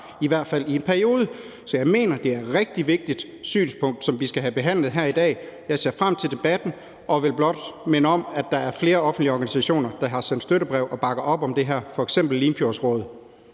i hvert fald i en periode. Så jeg mener, det er et rigtig vigtigt synspunkt, som vi skal have behandlet her i dag. Jeg ser frem til debatten og vil blot minde om, at der er flere offentlige organisationer, der har sendt støttebreve og bakker op om det her, f.eks. Limfjordsrådet.